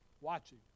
Watching